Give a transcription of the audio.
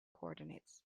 coordinates